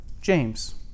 james